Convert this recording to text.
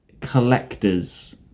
collector's